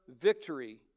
victory